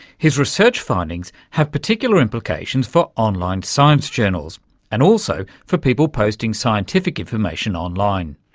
his research findings have particular implications for online science journals and also for people posting scientific information online.